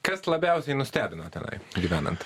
kas labiausiai nustebino tenai gyvenant